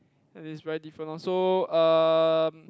that is very different lor so um